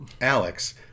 Alex